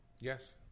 Yes